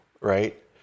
right